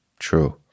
True